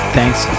Thanks